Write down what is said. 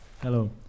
Hello